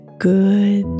good